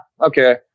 okay